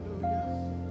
Hallelujah